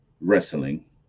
wrestling